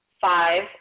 five